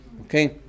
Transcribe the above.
Okay